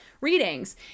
readings